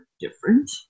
different